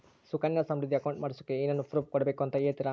Sukanya Samriddhi account ಮಾಡಿಸೋಕೆ ಏನೇನು proof ಕೊಡಬೇಕು ಅಂತ ಹೇಳ್ತೇರಾ?